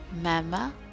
Mama